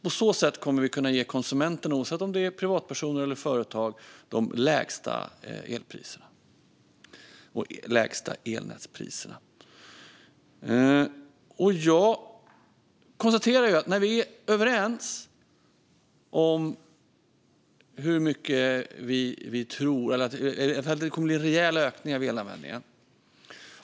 På så sätt kommer vi att kunna ge konsumenten, oavsett om det är en privatperson eller ett företag, de lägsta elpriserna och de lägsta elnätspriserna. Jag konstaterar att vi är överens om att det kommer att bli rejäla ökningar av elanvändningen.